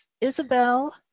Isabel